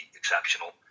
exceptional